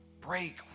break